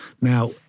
Now